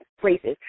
places